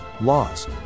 laws